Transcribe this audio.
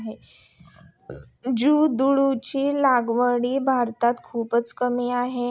जर्दाळूची लागवड भारतात खूपच कमी आहे